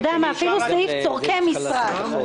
אפילו סעיף צרכי משרד.